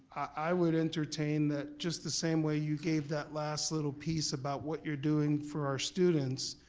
i would entertain that, just the same way you gave that last little piece about what you're doing for our students,